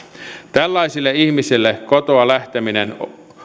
tällaisille ihmisille kotoa lähteminen